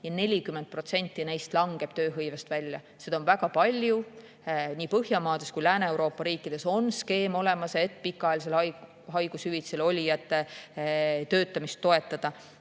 ja 40% neist langeb tööhõivest välja. Seda on väga palju. Nii Põhjamaades kui ka Lääne-Euroopa riikides on olemas skeem, et pikaajalisel haigus[lehel] olijate töötamist toetada.